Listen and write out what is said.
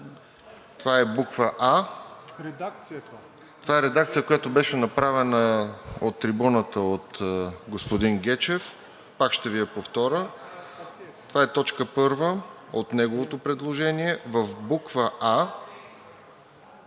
РОСЕН ЖЕЛЯЗКОВ: Това е редакция, която беше направена от трибуната от господин Гечев. Пак ще Ви я повторя. Това е т. 1 от неговото предложение: в буква